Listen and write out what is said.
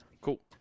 Cool